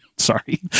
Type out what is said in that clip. Sorry